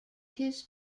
his